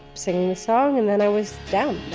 singing the song. and then i was down